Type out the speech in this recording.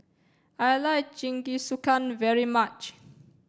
I like Jingisukan very much